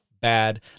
bad